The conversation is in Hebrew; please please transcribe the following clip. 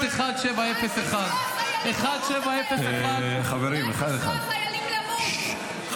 1701. אתה יודע רק לשלוח חיילים למותם,